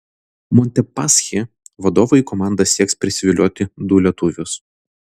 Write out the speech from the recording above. montepaschi vadovai į komandą sieks prisivilioti du lietuvius